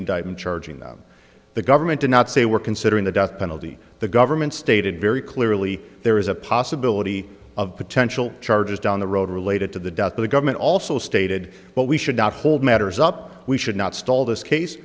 indictment charging that the government did not say we're considering the death penalty the government stated very clearly there is a possibility of potential charges down the road related to the death of the government also stated but we should not hold matters up we should not stall this case